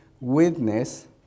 witness